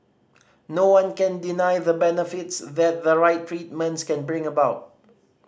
no one can deny the benefits that the right treatments can bring about